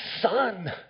son